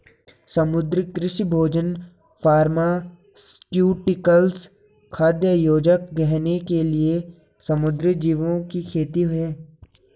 समुद्री कृषि भोजन फार्मास्यूटिकल्स, खाद्य योजक, गहने के लिए समुद्री जीवों की खेती है